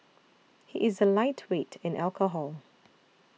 he is a lightweight in alcohol